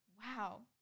Wow